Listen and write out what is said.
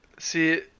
See